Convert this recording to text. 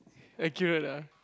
accurate ah